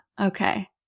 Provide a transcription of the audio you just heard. Okay